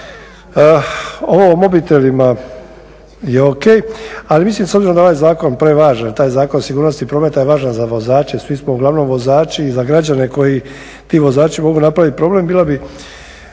Ovo o mobitelima je o.k. Ali mislim s obzirom da je ovaj zakon prevažan, taj Zakon o sigurnosti prometa je važan za vozače. Svi smo uglavnom vozači i za građane koji, ti vozači mogu napraviti problem bilo bi,